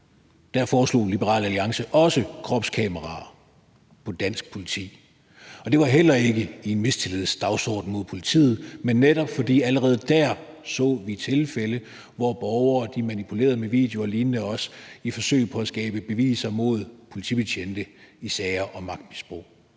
2013 foreslog Liberal Alliance også kropskameraer på det danske politi, og det var heller ikke med en mistillidsdagsorden imod politiet, men netop fordi vi allerede dér så tilfælde, hvor borgere manipulerede med videoer og lignende i et forsøg på at skabe beviser mod politibetjente i sager om magtmisbrug.